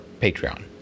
Patreon